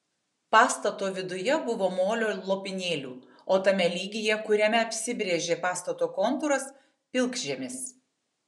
pastato viduje buvo molio lopinėlių o tame lygyje kuriame apsibrėžė pastato kontūras pilkžemis